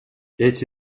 эти